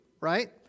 right